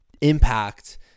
impact